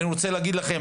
אני רוצה להגיד לכם,